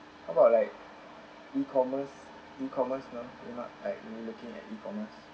how about like E commerce E commerce you know you know like do you look in like E commerce